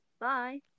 Bye